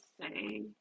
say